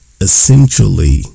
essentially